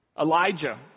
Elijah